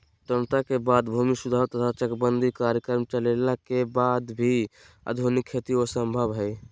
स्वतंत्रता के बाद भूमि सुधार तथा चकबंदी कार्यक्रम चलइला के वाद भी आधुनिक खेती असंभव हई